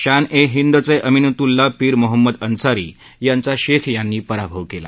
शान ए हिंद चे अमिनतुल्ला पीर मोहम्मद अनसारी यांचा शेख यांनी पराभव केला